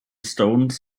stones